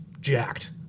jacked